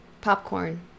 Popcorn